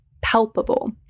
palpable